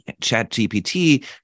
ChatGPT